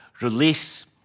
release